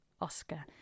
Oscar